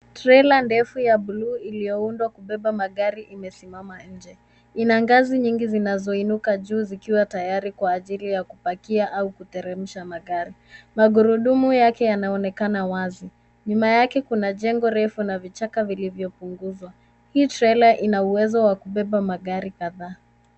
Trela ndefu ya bluu iliyoundwa kubeba magari imesimama nje. Ina ngazi nyingi zinazoinuka juu zikiwa tayari kwa ajili ya kupakia au kuteremsha magari. Magurudumu yake yanaonekana wazi. Nyuma yake kuna jengo refu na vichaka vilivyopunguzwa. Hii trela ina uwezo wa kubeba magari kadhaa.